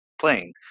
playing